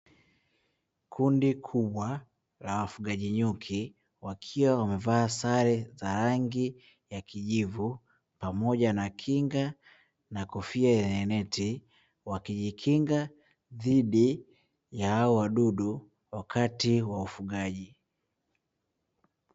Kundi kubwa la wafugaji nyuki wakiwa wamevaa sare pamoja na kofia wakijikinga na hao nyuki wakati wa ufugaji